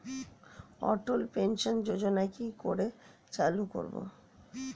অটল pension যোজনার কি করে চালু করব?